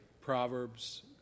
Proverbs